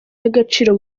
y’agaciro